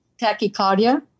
tachycardia